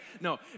No